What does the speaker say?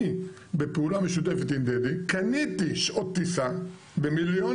אני בפעולה משותפת עם דדי קניתי שעות טיסה במיליון